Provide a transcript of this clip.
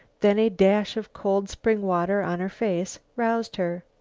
then a dash of cold spring water on her face, roused her.